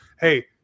hey